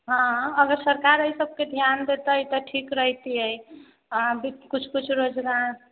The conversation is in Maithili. हाँ अगर सरकार एहिसबके ध्यान देतै तऽ ठीक रहितिए हँ किछु किछु रोजगार